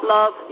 Love